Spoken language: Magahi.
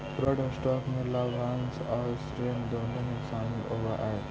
प्रेफर्ड स्टॉक में लाभांश आउ ऋण दोनों ही शामिल होवऽ हई